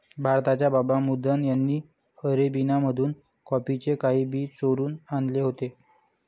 भारताच्या बाबा बुदन यांनी अरेबिका मधून कॉफीचे काही बी चोरून आणले होते